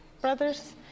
Brothers